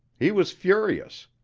he was furious.